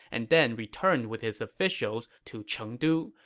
and then returned with his officials to chengdu,